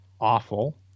awful